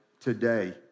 today